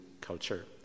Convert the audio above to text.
culture